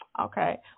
Okay